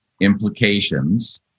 implications